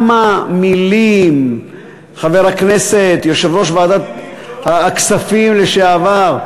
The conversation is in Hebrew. באופן חד-פעמי בשנת הכספים 2013 בשיעור נוסף על השיעור הקבוע